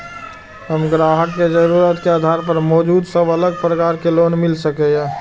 हम ग्राहक के जरुरत के आधार पर मौजूद सब अलग प्रकार के लोन मिल सकये?